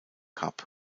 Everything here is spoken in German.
cup